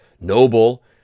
noble